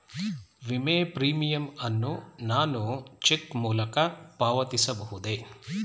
ವಿಮೆ ಪ್ರೀಮಿಯಂ ಅನ್ನು ನಾನು ಚೆಕ್ ಮೂಲಕ ಪಾವತಿಸಬಹುದೇ?